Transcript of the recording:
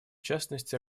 частности